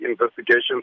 Investigations